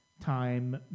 time